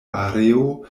areo